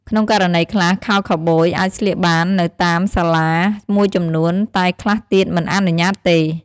ក្នុងករណីខ្លះ ខោខូវប៊យអាចស្លៀកបាននៅតាមសាលាមួយចំនួន តែខ្លះទៀតមិនអនុញ្ញាតិទេ។